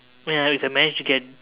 ya if I managed to get